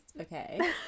okay